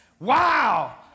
wow